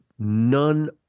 none